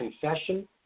confession